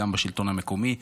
גם בשלטון המקומי,